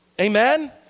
Amen